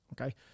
Okay